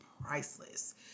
priceless